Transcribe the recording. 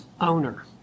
owner